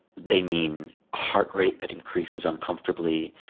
they mean a heart rate that increases uncomfortably,